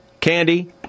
candy